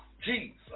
Jesus